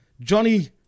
Johnny